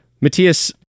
Matthias